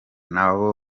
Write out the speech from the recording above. nabo